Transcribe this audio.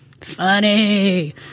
Funny